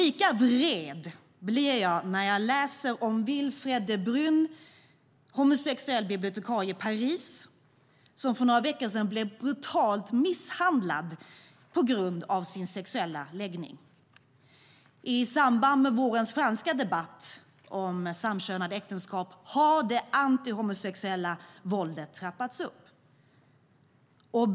Lika vred blir jag när jag läser om Wilfred de Bruijn, homosexuell bibliotekarie i Paris, som för några veckor sedan blev brutalt misshandlad på grund av sin sexuella läggning. I samband med vårens franska debatt om samkönade äktenskap har det antihomosexuella våldet trappats upp.